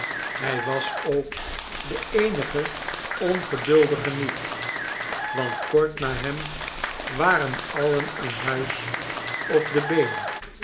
hij was ook de eenige ongeduldige niet want kort na hem waren alien in huis op de been